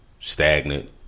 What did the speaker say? stagnant